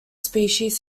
species